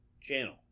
channel